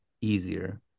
easier